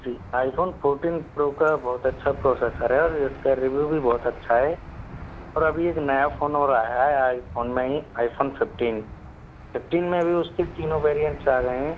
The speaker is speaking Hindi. जी आईफ़ोन फ़ोर्टिन प्रो का बहुत अच्छा प्रोसेसर है और इसका रिव्यू भी बहुत अच्छा है और अभी एक नया फ़ोन और आया है आईफ़ोन फ़ोन में ही आईफ़ोन फ़िफ्टीन फ़िफ्टीन में भी उसकी तीनों वेरिएंट्स आ गई हैं